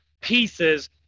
pieces